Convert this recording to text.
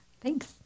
Thanks